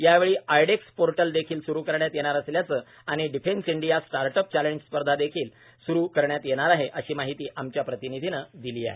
यावेळी iDEX portal देखील स्रू करण्यात येणार असल्याचं आणि डिफेन्स इंडिया स्टार्टअप चॅलेंज स्पर्धा तीन देखील सुरू करण्यात येणार आहे अशी माहिती आमच्या प्रतिनिधीनं दिली आहे